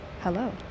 Hello